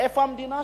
איפה המדינה שלי?